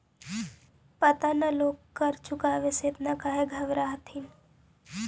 पता न लोग कर चुकावे से एतना काहे डरऽ हथिन